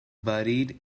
buried